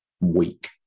week